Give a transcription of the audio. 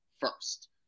first